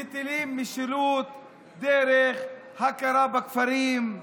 מטילים משילות דרך הכרה בכפרים,